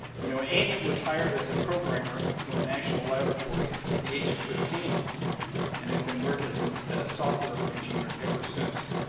you know, andy was hired as a programmer for a national laboratory at the age of fifteen and had been working as and a software engineer ever since.